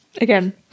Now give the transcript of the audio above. Again